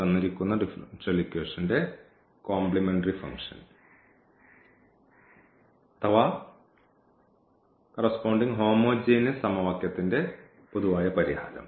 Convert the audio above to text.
ആയിരിക്കും അഥവാ ഹോമോജീനിയസ് സമവാക്യത്തിന്റെ പൊതുവായ പരിഹാരം